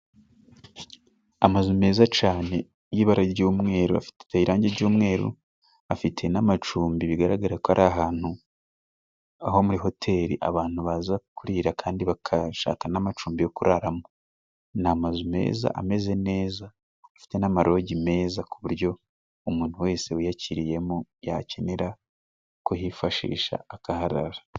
Amazu meza cane y'ibara ry'umweru afite ateye irangi ry'umweru, afite n'amacumbi. Bigaragara ko ari ahantu ho muri hoteli abantu baza kurira kandi bagashaka n'amacumbi yo kuraramo. Ni amazu meza, ameze neza afite n'amaroji meza, ku buryo umuntu wese wiyakiriyemo yakenera kuhifashisha akaharara.